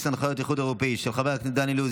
הנחיות האיחוד האירופי (תיקוני חקיקה),